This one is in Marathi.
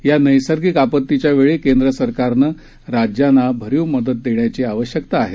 या नैसर्गिक आपत्तीच्या वेळी केंद्र सरकारनं राज्याला भरीव मदत देण्याची आवश्यकता आहे